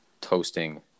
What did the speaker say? toasting